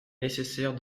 nécessaire